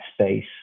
space